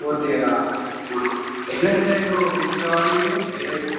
fourth ఇయరా ఎట్లాంటి type books కావాలి మీకు ఏ టైపు